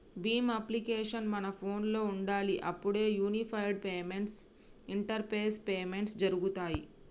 Bhim application మన ఫోనులో ఉండాలి అప్పుడే యూనిఫైడ్ పేమెంట్స్ ఇంటరపేస్ పేమెంట్స్ జరుగుతాయ్